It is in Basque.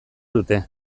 dute